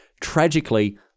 Tragically